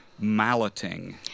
malleting